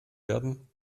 werden